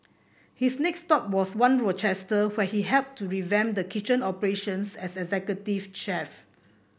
his next stop was One Rochester where he helped to revamp the kitchen operations as executive chef